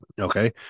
Okay